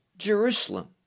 jerusalem